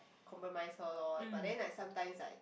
compromise her lor but then like sometimes like